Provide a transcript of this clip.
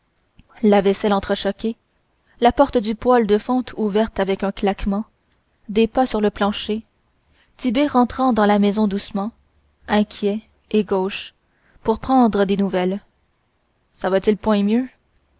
la vaisselle entrechoquée la porte du poêle de fonte ouverte avec un claquement des pas sur le plancher tit'bé rentrant dans la maison doucement inquiet et gauche pour prendre des nouvelles ça va-t-il point mieux